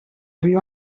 riu